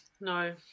No